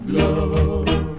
love